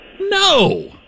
No